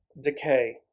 Decay